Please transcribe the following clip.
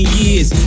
years